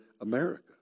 America